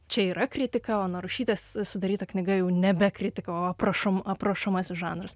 čia yra kritika o narušytės sudaryta knyga jau nebe kritika o aprašom aprašomasis žanras